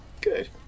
Good